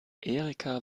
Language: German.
erika